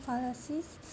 policies